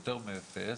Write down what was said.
יותר מאפס.